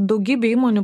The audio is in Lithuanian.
daugybė įmonių